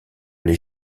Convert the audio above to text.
les